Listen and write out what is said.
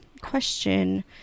question